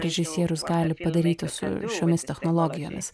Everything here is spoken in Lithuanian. režisierius gali padaryti su šiomis technologijomis